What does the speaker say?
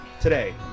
today